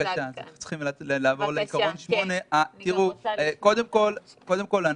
אנחנו צריכים לעבור לעקרון 8. קודם כל,